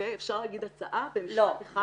אוקיי, אפשר להגיד הצעה במשפט אחד?